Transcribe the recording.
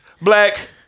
Black